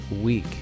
week